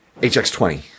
HX20